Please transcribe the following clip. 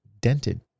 dented